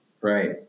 Right